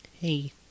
Hey